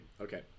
Okay